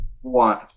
One